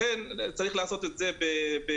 לכן צריך לעשות את זה בשלבים.